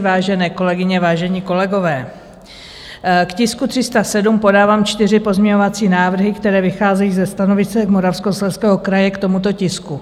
Vážené kolegyně, vážení kolegové, k tisku 307 podávám čtyři pozměňovací návrhy, které vycházejí ze stanovisek Moravskoslezského kraje k tomuto tisku.